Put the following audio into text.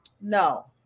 no